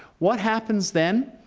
what happens then?